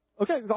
Okay